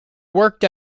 worked